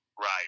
Right